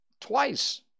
Twice